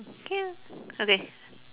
K lah okay